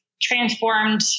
transformed